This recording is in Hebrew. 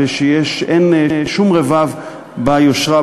ושאין שום רבב ביושרה,